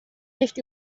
nicht